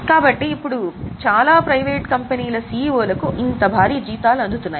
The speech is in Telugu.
కాబట్టి ఇప్పుడు చాలా ప్రైవేటు కంపెనీల సిఇఓలకు ఇంత భారీ జీతాలు అందుతాయి